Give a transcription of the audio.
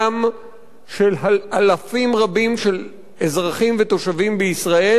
של אלפים רבים של אזרחים ותושבים בישראל,